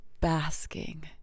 basking